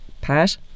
Pat